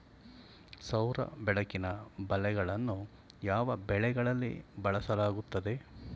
ಸೌರ ಬೆಳಕಿನ ಬಲೆಗಳನ್ನು ಯಾವ ಬೆಳೆಗಳಲ್ಲಿ ಬಳಸಲಾಗುತ್ತದೆ?